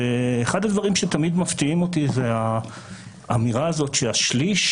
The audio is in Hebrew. אחד הדברים שתמיד מפתיעים אותי והאמירה הזאת שהשליש